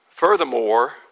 Furthermore